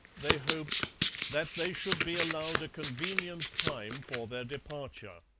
they hoped that they should be allowed a convenient time for their departure